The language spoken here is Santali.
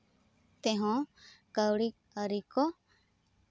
ᱛᱮᱦᱚᱸ ᱠᱟᱹᱣᱰᱤ ᱟᱹᱨᱤ ᱠᱚ